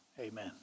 Amen